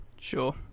Sure